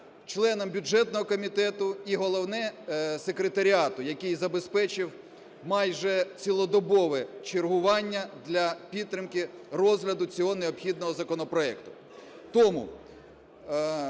членам бюджетного комітету і головне – секретаріату, який забезпечив майже цілодобове чергування для підтримки розгляду цього необхідного законопроекту.